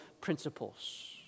principles